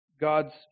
God's